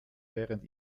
während